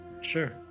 Sure